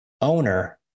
owner